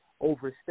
overstate